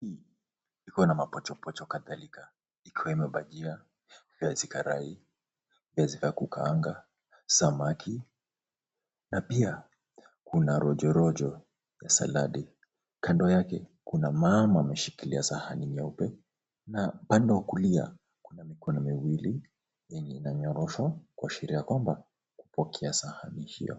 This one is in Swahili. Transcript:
Hii ikona ma mapochopocho kadhalika ikiwemo bhajia, viazi karai, vyazi vya kukaanga, samaki na pia kuna rojorojo ya saladi. Kando yake kuna mama ameshikilia sahani nyeupe na kando kulia kuna mikono miwili yenye inanyorosha kuashiria kwamba kupokea sahani hiyo.